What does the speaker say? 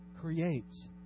creates